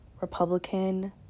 Republican